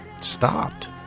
stopped